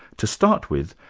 to start with,